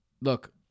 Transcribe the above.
Look